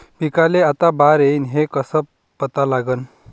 पिकाले आता बार येईन हे कसं पता लागन?